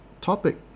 topic